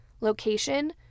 location